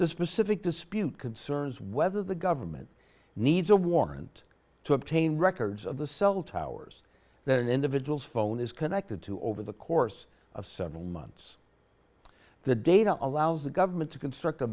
the specific dispute concerns whether the government needs a warrant to obtain records of the cell towers that an individual's phone is connected to over the course of several months the data allows the government to construct a